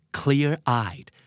clear-eyed